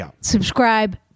subscribe